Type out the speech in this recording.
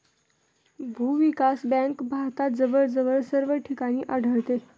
भूविकास बँक भारतात जवळजवळ सर्व ठिकाणी आढळते